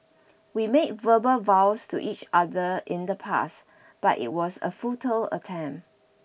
we made verbal vows to each other in the past but it was a futile attempt